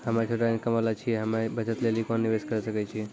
हम्मय छोटा इनकम वाला छियै, हम्मय बचत लेली कोंन निवेश करें सकय छियै?